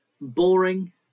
boring